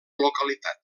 localitat